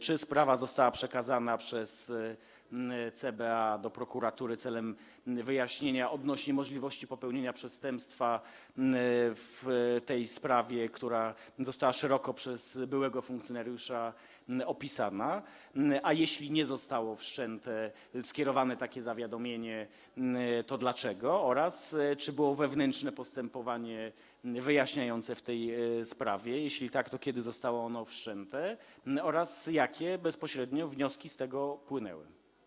Czy sprawa została przekazana przez CBA do prokuratury celem wyjaśnienia odnośnie do możliwości popełnienia przestępstwa w tej sprawie, która została szeroko przez byłego funkcjonariusza opisana, a jeśli nie zostało wszczęte, skierowane takie zawiadomienie, to dlaczego, a także czy było wewnętrzne postępowanie wyjaśniające w tej sprawie, a jeśli tak, to kiedy zostało ono wszczęte oraz jakie bezpośrednio wnioski z tego płynęły?